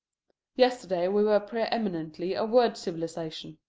yesterday we were preeminently a word-civilization.